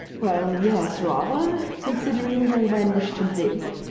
well, yes, rather considering that all men wish to live.